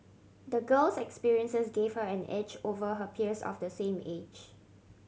the girl's experiences gave her an edge over her peers of the same age